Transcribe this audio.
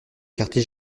quartier